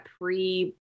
pre-